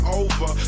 over